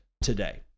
today